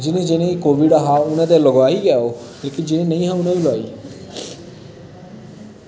जिनें जिनें कोविड हा उ'नैं ते लगोई ऐ ओह् लेकिन जिनें नेईं हा उ'नैं वी लोआई